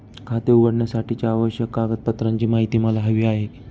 खाते उघडण्यासाठीच्या आवश्यक कागदपत्रांची माहिती मला हवी आहे